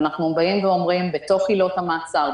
אנחנו אומרים שבתוך עילות המעצר,